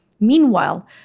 Meanwhile